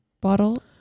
bottle